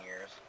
years